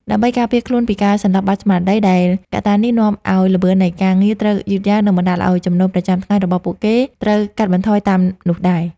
ដើម្បីការពារខ្លួនពីការសន្លប់បាត់ស្មារតី ដែលកត្តានេះនាំឱ្យល្បឿននៃការងារត្រូវយឺតយ៉ាវ និងបណ្តាលឱ្យចំណូលប្រចាំថ្ងៃរបស់ពួកគេត្រូវកាត់បន្ថយតាមនោះដែរ។